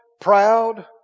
proud